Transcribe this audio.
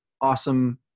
awesome